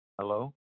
Hello